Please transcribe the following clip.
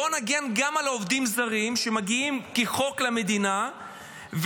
בואו נגן גם על עובדים זרים שמגיעים למדינה כחוק,